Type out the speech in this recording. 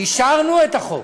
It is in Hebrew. אישרנו את החוק,